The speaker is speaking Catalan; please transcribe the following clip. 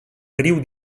riu